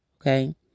okay